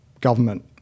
government